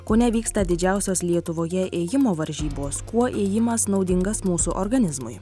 kaune vyksta didžiausios lietuvoje ėjimo varžybos kuo ėjimas naudingas mūsų organizmui